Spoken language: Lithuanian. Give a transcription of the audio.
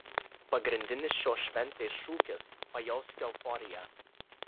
pagrindinis šios šventės šūkis pajausk euforiją